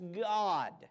God